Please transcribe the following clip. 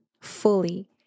fully